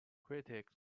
critics